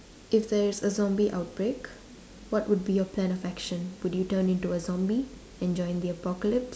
if there is a zombie outbreak what would be your plan of action would you turn into a zombie and join the apocalypse